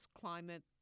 climate